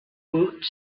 woot